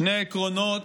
שני עקרונות,